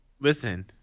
Listen